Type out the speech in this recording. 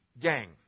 Gang